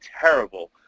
terrible